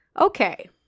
Okay